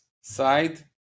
side